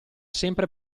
sempre